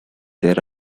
there